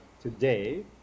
today